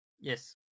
Yes